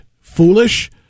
Foolish